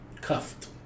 cuffed